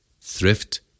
thrift